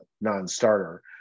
non-starter